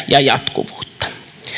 ja jatkuvuutta